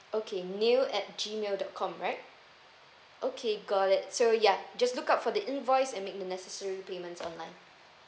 okay niel at G mail dot com right okay got it so ya just look out for the invoice and make the necessary payments online